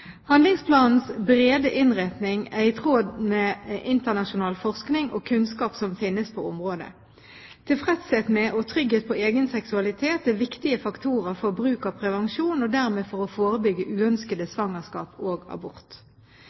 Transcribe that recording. Handlingsplanens brede innretning er i tråd med internasjonal forskning og kunnskap som finnes på området. Tilfredshet med og trygghet på egen seksualitet er viktige faktorer for bruk av prevensjon og dermed for å forebygge uønskede svangerskap og abort.